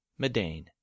Medane